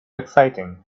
exciting